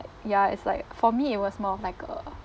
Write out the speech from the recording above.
ya it's like for me it was more of like a